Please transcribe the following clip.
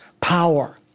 power